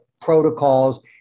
protocols